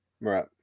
right